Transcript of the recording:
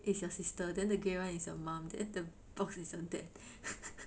is your sister then the grey one is your mom then the box is your dad